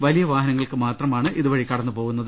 വലിയ വാഹനങ്ങൾ മാത്രമാണ് ഇതുവഴി ക്ടന്നു പോകുന്നത്